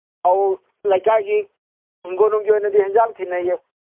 ꯑꯥꯎ ꯂꯩꯀꯥꯏꯒꯤ ꯍꯤꯡꯒꯣꯟꯅꯨꯡꯒꯤ ꯑꯣꯏꯅꯗꯤ ꯌꯦꯟꯖꯥꯡ ꯊꯤꯟꯅꯩꯌꯦ